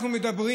אנחנו מדברים